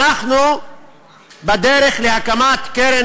אנחנו בדרך להקמת קרן